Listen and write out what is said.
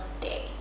day